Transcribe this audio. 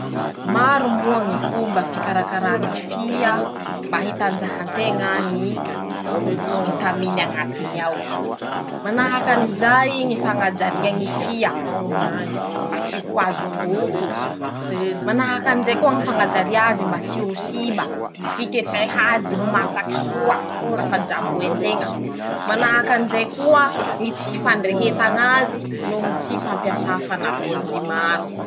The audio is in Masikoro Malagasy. Maro moa ñy fomba fikarakara ñy fia mba hitanjahan-teña ñy vitaminy añatiny ao: -Manahaky anizay ñy fañajaria ñy fia. mba tsy ho azon-doto ;manahaky anizay koa ñy fañajaria azy mba tsy ho simba. ñy fiketreha azy ho masaky soa. lafa jaboen-teña ;manahaky anizay koa ñy tsy fandreheta ñ'azy noho ñy tsy fampiasà fanafody maro.